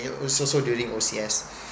it also so during O_C_S